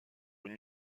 une